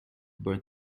burned